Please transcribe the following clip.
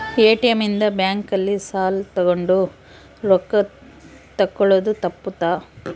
ATM ಇಂದ bank ಅಲ್ಲಿ ಸಾಲ್ ನಿಂತ್ಕೊಂಡ್ ರೊಕ್ಕ ತೆಕ್ಕೊಳೊದು ತಪ್ಪುತ್ತ